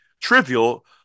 trivial